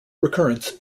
recurrence